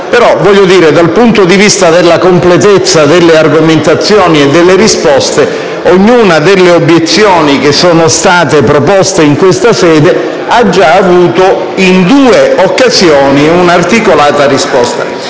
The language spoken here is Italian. dal punto di vista della completezza delle argomentazioni, ognuna delle obiezioni che sono state proposte in questa sede ha già avuto, in due occasioni, un'articolata risposta.